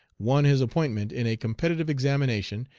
won his appointment in a competitive examination,